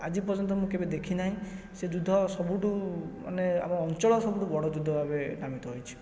ଆଜି ପର୍ଯ୍ୟନ୍ତ ମୁଁ କେବେ ଦେଖି ନାହିଁ ସେ ଯୁଦ୍ଧ ସବୁଠୁ ମାନେ ଆମ ଅଞ୍ଚଳର ସବୁଠୁ ବଡ଼ ଯୁଦ୍ଧ ଭାବେ ନାମିତ ହୋଇଛି